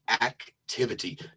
activity